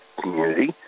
community